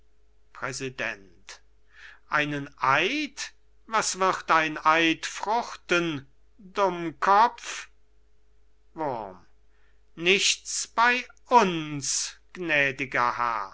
präsident einen eid was wird ein eid fruchten dummkopf wurm nichts bei uns gnädiger herr